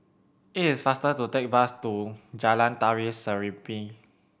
it is faster to take the bus to Jalan Tari Serimpi